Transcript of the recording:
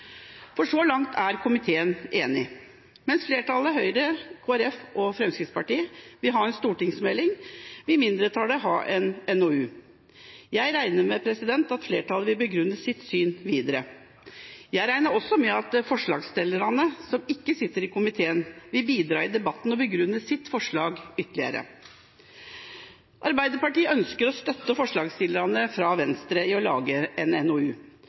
arbeidet. Så langt er komiteen enig. Mens flertallet – Høyre, Kristelig Folkeparti og Fremskrittspartiet – vil ha en stortingsmelding, vil mindretallet ha en NOU. Jeg regner med at flertallet vil begrunne sitt syn videre. Jeg regner også med at forslagsstillerne, som ikke sitter i komiteen, vil bidra i debatten og begrunne sitt forslag ytterligere. Arbeiderpartiet ønsker å støtte forslagsstillerne fra Venstre i å lage en NOU.